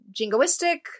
jingoistic